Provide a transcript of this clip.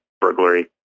burglary